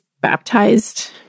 baptized